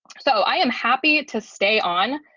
so i am happy to stay on.